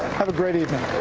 have a great evening.